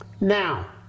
Now